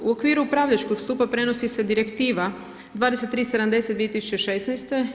U okviru upravljačkog stupa prenosi se Direktiva 2370/2016 i jedna Uredba 2338/2016.